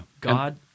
God